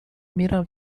میرم